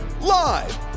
Live